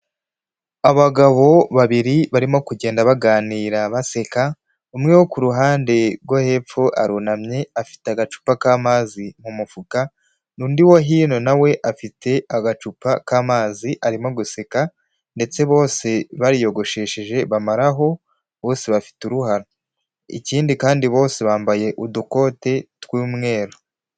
Abagabo babiri barimo kugenda baganira baseka, umwe wo ku ruhande rwo hepfo arunamye afite agacupa k'amazi mu mufuka, undi wa hino na we afite agacupa k'mazi arimo guseka ndetse bose bariyogoshesheje bamaraho, bose bafite uruhara. Ikindi kandi bose bambaye udukote tw'umweru.